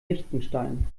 liechtenstein